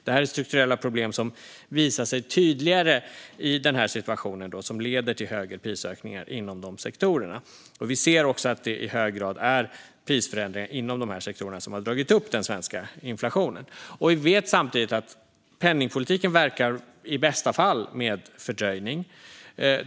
Det här är strukturella problem som visar sig tydligare i den här situationen och som leder till högre prisökningar inom de sektorerna. Vi ser också att det i hög grad är prisförändringar inom dessa sektorer som har dragit upp den svenska inflationen. Vi vet samtidigt att penningpolitiken i bästa fall verkar med fördröjning.